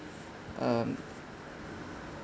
um